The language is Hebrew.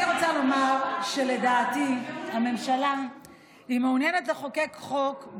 אני רוצה לומר שלדעתי הממשלה מעוניינת לחוקק חוק,